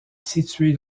située